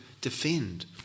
defend